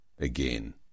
again